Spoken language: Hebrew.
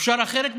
אפשר אחרת?